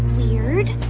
weird.